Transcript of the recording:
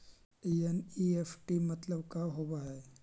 NEFT मतलब का होब हई?